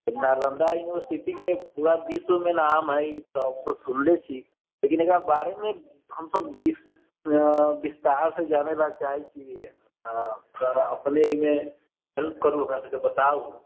Nalanda university के पूरा विश्व मे नाम है हमसब सुनले छी लेकिन एकरा बारे मे हमसब विस विस्तार से जनैला चाहै छी तऽ अपने एहिमे हेल्प करू हमरासबके बताउ